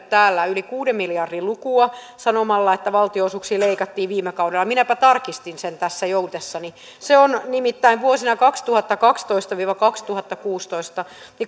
täällä yli kuuden miljardin lukua sanomalla että valtionosuuksia leikattiin viime kaudella minäpä tarkistin sen tässä joutessani nimittäin vuosina kaksituhattakaksitoista viiva kaksituhattakuusitoista